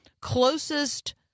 closest